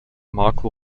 marco